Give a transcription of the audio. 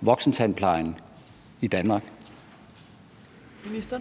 voksentandplejen i Danmark? Kl.